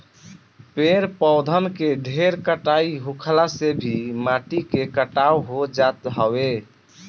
पेड़ पौधन के ढेर कटाई होखला से भी माटी के कटाव हो जात हवे